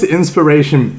inspiration